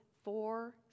four